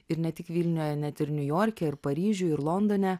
ir ne tik vilniuje net ir niujorke ir paryžiuj ir londone